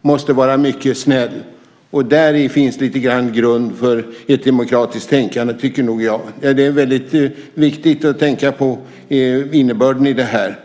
måste vara mycket snäll, och däri finns lite grann grund för ett demokratiskt tänkande, tycker jag nog. Det är väldigt viktigt att tänka på innebörden i det här.